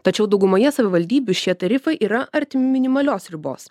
tačiau daugumoje savivaldybių šie tarifai yra arti minimalios ribos